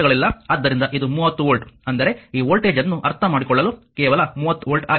ಆದ್ದರಿಂದ ಇದು 30 ವೋಲ್ಟ್ ಅಂದರೆ ಈ ವೋಲ್ಟೇಜ್ ಅನ್ನು ಅರ್ಥಮಾಡಿಕೊಳ್ಳಲು ಕೇವಲ 30 ವೋಲ್ಟ್ ಆಗಿದೆ